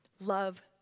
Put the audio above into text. Love